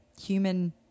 human